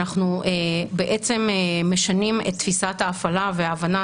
אנחנו בעצם משנים את תפיסת ההפעלה וההבנה